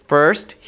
First